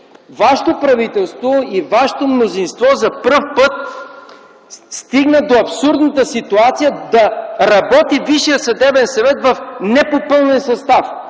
Вашето правителство и Вашето мнозинство за първи път стигна до абсурдната ситуация да работи Висшият съдебен съвет в